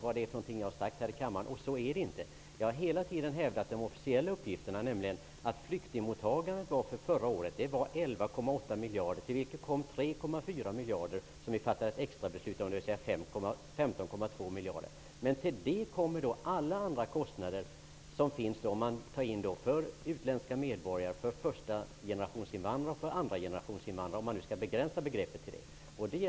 Jag vet själv vad jag har sagt här i kammaren, och det Gustaf von Essen säger stämmer inte. Jag har hela tiden hävdat de officiella uppgifterna, nämligen att kostnaden för flyktingmottagandet under förra året var 11,8 miljarder, till vilket kom 3,4 miljarder som vi fattade ett extrabeslut om, dvs. sammanlagt 15,2 miljarder. Till det kommer alla andra kostnader -- för utländska medborgare, för förstagenerationsinvandrare och för andragenerationsinvandrare, om man nu begränsar begreppet till att gälla dessa.